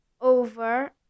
over